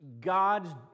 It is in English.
God's